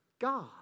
God